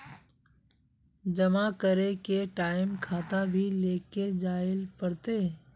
जमा करे के टाइम खाता भी लेके जाइल पड़ते?